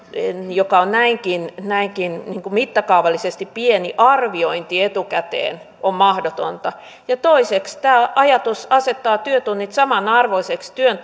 joka on näinkin näinkin mittakaavallisesti pieni arviointi etukäteen on mahdotonta toiseksi tämä ajatus asettaa työtunnit samanarvoisiksi työn